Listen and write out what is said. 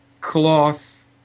cloth